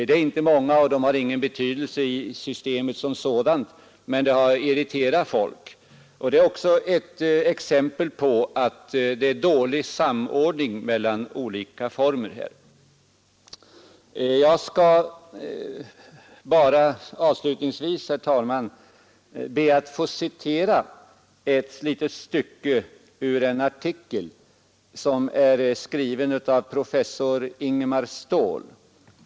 De är inte många och har ingen betydelse i systemet som sådant, men det har irriterat folk och det är också exempel på dålig samordning mellan olika former. Jag skall bara avslutningsvis, herr talman, be att få citera ett litet stycke ur en artikel som är skriven av professor Ingemar Ståhl.